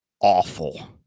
awful